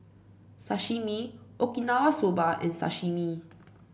Sashimi Okinawa Soba and Sashimi